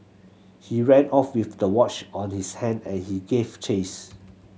he ran off with the watch on his hand and he gave chase